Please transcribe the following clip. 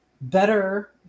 better